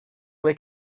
ble